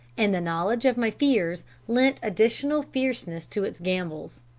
and the knowledge of my fears lent additional fierceness to its gambols.